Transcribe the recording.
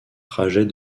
trajet